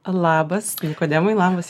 labas nikodemai labas